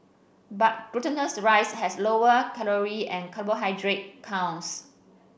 but glutinous rice has lower calorie and carbohydrate counts